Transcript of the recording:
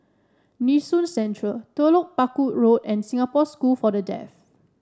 Nee Soon Central Telok Paku Road and Singapore School for the Deaf